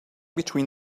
between